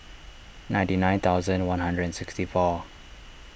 ninety nine thousand one hundred and sixty four